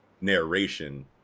narration